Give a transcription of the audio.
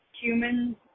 Humans